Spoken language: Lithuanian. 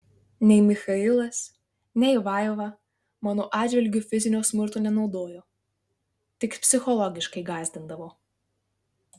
nei michailas nei vaiva mano atžvilgiu fizinio smurto nenaudojo tik psichologiškai gąsdindavo